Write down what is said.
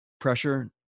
Pressure